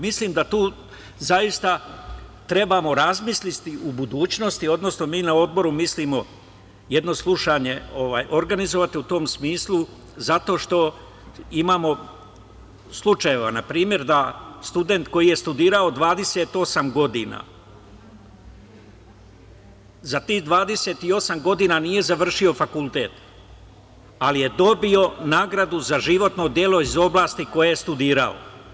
Mislim da tu zaista treba razmisliti u budućnosti, odnosno mi na Odboru mislimo jedno slušanje organizovati u tom smislu, zato što imamo slučajeva, na primer, da student koji je studirao 28 godina, za tih 28 godina nije završio fakultet, ali je dobio nagradu za životno delo iz oblasti koje je studirao.